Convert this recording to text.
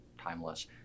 timeless